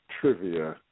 trivia